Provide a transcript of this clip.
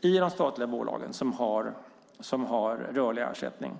i de statliga bolagen som har rörlig ersättning.